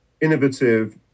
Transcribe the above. innovative